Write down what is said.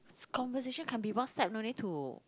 conversation can be WhatsApp no need to